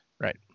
Right